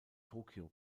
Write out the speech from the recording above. tokio